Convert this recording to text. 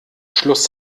schluss